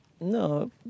No